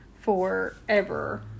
forever